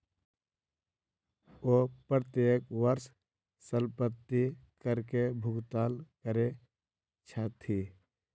ओ प्रत्येक वर्ष संपत्ति कर के भुगतान करै छथि